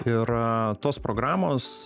ir tos programos